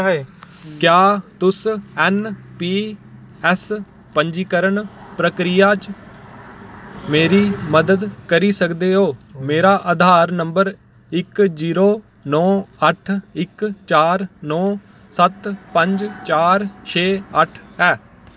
क्या तुस N P S पंजीकरण प्रक्रिया च मेरी मदद करी सकदे ओ मेरा आधार नंबर इक जीरो नौ अट्ठ इक चार नौ सत्त पंज चार छे अट्ठ ऐ